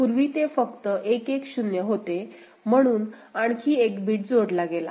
पूर्वी ते फक्त 1 1 0 होते म्हणून आणखी एक बिट जोडला गेला